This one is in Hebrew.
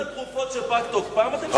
גם את התרופות שפג תוקפן אתם שולחים?